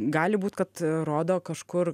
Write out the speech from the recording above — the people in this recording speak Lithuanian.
gali būt kad rodo kažkur